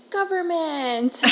government